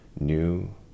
new